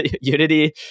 unity